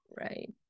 Right